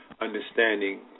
understanding